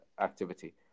activity